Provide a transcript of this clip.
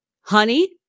honey